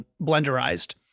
blenderized